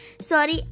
sorry